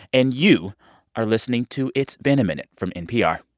and you are listening to it's been a minute from npr